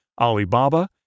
Alibaba